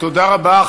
תודה רבה.